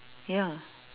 ya